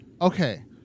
Okay